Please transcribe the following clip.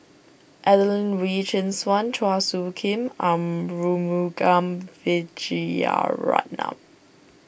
Adelene Wee Chin Suan Chua Soo Khim Arumugam Vijiaratnam